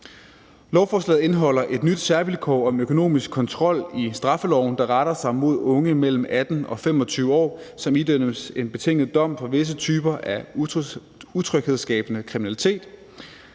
Lovforslaget indeholder et nyt særvilkår om økonomisk kontrol i straffeloven, der retter sig mod unge mellem 18 og 25 år, som idømmes en betinget dom for visse typer af utryghedsskabende kriminalitet.